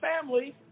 family